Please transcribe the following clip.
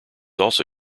also